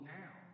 now